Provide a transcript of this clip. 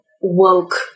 woke